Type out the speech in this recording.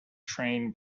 trained